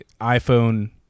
iPhone